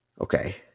Okay